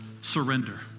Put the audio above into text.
surrender